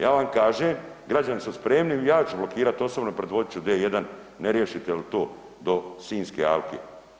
Ja vam kažem, građani su spremni, ja ću blokirati osobno predvodit ću D1 ne riješite li to do Sinjske alke.